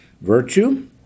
Virtue